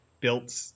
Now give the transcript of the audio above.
built